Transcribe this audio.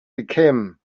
became